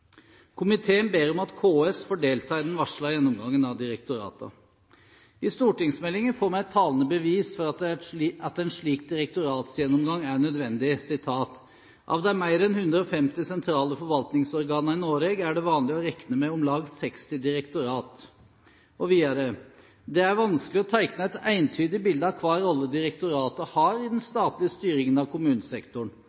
Komiteen ber om at KS får delta i den varslede gjennomgangen av direktoratene. I stortingsmeldingen får vi et talende bevis for at en slik direktoratsgjennomgang er nødvendig: «Av dei meir enn 150 sentrale forvaltningsorgana i Noreg er det vanleg å rekne med om lag 60 direktorat.» Og videre: «Det er vanskeleg å teikne eit eintydig bilete av kva rolle direktorata har i den